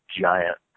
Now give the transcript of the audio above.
giant